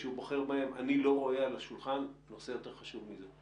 אני לא רואה על השולחן נושא יותר חשוב מזה.